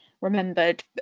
remembered